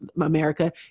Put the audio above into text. America